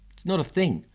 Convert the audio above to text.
it's not a thing.